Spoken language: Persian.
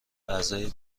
اعضای